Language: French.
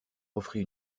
offrit